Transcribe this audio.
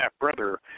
half-brother